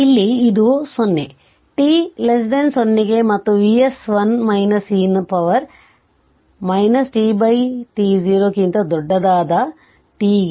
ಆದ್ದರಿಂದ ಇಲ್ಲಿ ಅದು 0 t 0 ಗೆ ಮತ್ತು ಅದು Vs 1 e ನ ಪವರ್ t t 0 ಕ್ಕಿಂತ ದೊಡ್ಡದಾದ t ಗೆ ಇದು ಸಮೀಕರಣ 50 ಆಗಿದೆ